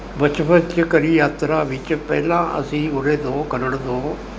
ਬਚਪਨ 'ਚ ਕਰੀ ਯਾਤਰਾ ਵਿੱਚ ਪਹਿਲਾਂ ਅਸੀਂ ਉਰੇ ਤੋਂ ਖਰੜ ਤੋਂ